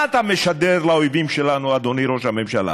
מה אתה משדר לאויבים שלנו, אדוני ראש הממשלה,